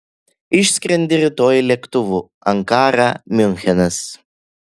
išskrendi rytoj lėktuvu ankara miunchenas